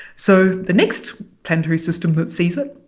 so the next planetary system that sees it,